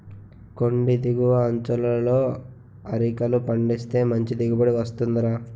కొండి దిగువ అంచులలో అరికలు పండిస్తే మంచి దిగుబడి వస్తుందిరా